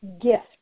gift